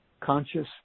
conscious